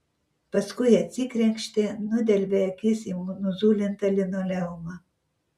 paskui atsikrenkštė nudelbė akis į nuzulintą linoleumą